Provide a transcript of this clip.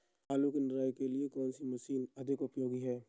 आलू की निराई के लिए कौन सी मशीन अधिक उपयोगी है?